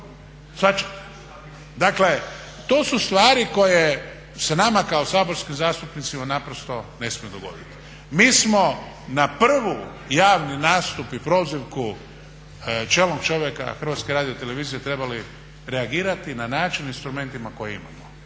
Dakle to su stvari koje se nama kao saborskim zastupnicima naprosto ne smiju dogoditi. Mi smo na prvi javni nastup i prozivku čelnog čovjeka HRT-a trebali reagirati na način instrumentima koje imamo.